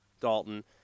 Dalton